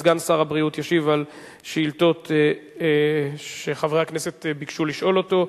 וסגן שר הבריאות ישיב על שאילתות שחברי הכנסת ביקשו לשאול אותו.